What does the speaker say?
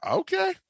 okay